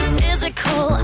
physical